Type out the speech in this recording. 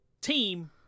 team